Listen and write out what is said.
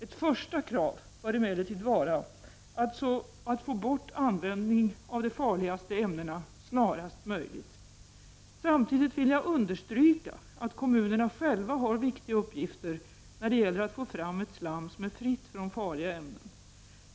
Ett första krav bör emellertid vara att få bort användningen av de farligaste ämnena snarast möjligt. Samtidigt vill jag understryka att kommunerna själva har viktiga uppgifter när det gäller att få fram ett slam som är fritt från farliga ämnen.